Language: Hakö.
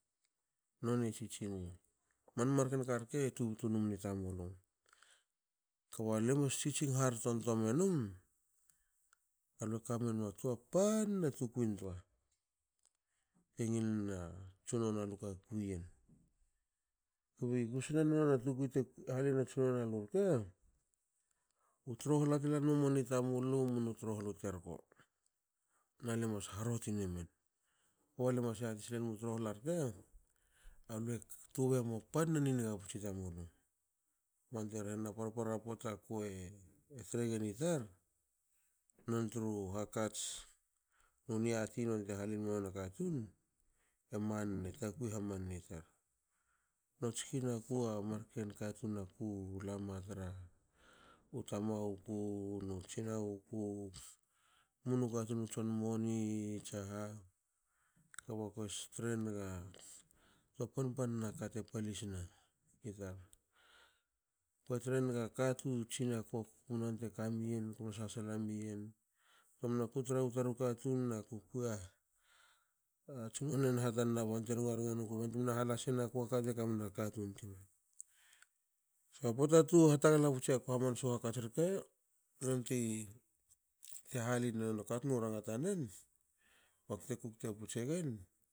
Noni tsintsini. man marken karke tubtu muni tamulu kba lemas tsitsing hartontoa menum alue kamenma toa panna tukuin toa te ngil na tsunono luka kui yen kbi gusna noni atukui te halina tsunono alurke. u trohla telan mamani tamulu mnu trohla u terko nale mas harotinemen lemas yatisilenum u trohla rke alue tubei emua panna niniga puts i tamulu bante rehena parpara pota kue tregen i tar nontru hakats na niati nonte halinma nonia katun, emanna takui hamanni tar notskin aku a marken katun aku lama tru tamaguku nu tsinaguku mnu katun u tson moni tsaha kba kue trenga toa panna kate palisna. Kotrenga katu tsiniaku komno antuei kamiyen komno sasala miyen ktomna ku tra u taru katun naku,"pia tsunone naha bante rehena parpar pota pota. Kue tregen i tar nontru hats na niati nonte halinma nona katun. Aku lam tru tama guku nu tsinaguku mnu katun u tson moni tsaha. kba kue trenga toa pan pnna kate palisni tar. Kotrenga katu tsiniaku komno antuei kamien komno sasala mien ktomna kutra u taru katun naku "pua tsunono enha tanna bante rngarnge nuku bante mne hala senaku aka te kamna katun tin?A pota tu hatagla puts hamnasiaku hakats rke nonte hala mia katun u ranga tanen bakte kukte puts egen-